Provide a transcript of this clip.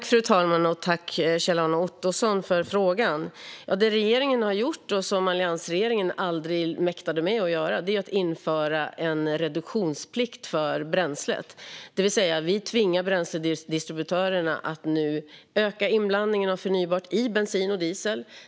Fru talman! Tack, Kjell-Arne Ottosson, för frågan! Det regeringen har gjort och som alliansregeringen aldrig mäktade med att göra är att införa en reduktionsplikt för bränslet. Det vill säga, vi tvingar bränsledistributörerna att nu öka inblandningen av förnybart i bensin och diesel.